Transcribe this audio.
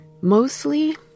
mostly